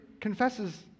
confesses